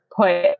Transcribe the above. put